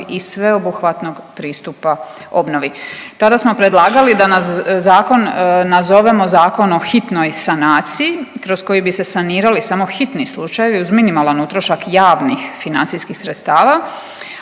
i sveobuhvatnog pristupa obnovi. Tada smo predlagali da na zakon nazovemo zakon o hitnoj sanaciji kroz koji bi se sanirali samo hitni slučajevi uz minimalan utrošak javnih financijskih sredstava,